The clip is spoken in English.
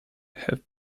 have